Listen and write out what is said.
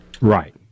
Right